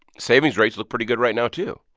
savings rates look pretty good right now, too.